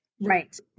Right